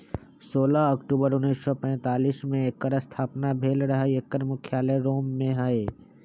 सोलह अक्टूबर उनइस सौ पैतालीस में एकर स्थापना भेल रहै एकर मुख्यालय रोम में हइ